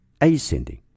ascending